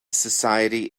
society